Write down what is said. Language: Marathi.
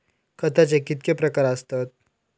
खताचे कितके प्रकार असतत?